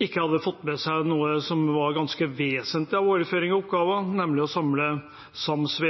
hadde ikke fått med seg noe som var ganske vesentlig med det å overføre oppgaver, nemlig å samle sams